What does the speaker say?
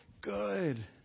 good